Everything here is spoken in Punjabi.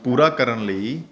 ਪੂਰਾ ਕਰਨ ਲਈ